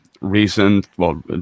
recent—well